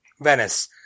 Venice